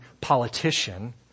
politician